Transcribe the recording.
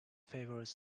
favorite